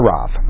Rav